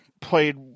played